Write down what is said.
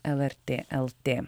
lrt lt